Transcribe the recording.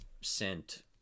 sent